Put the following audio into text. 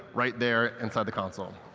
right there, inside the console.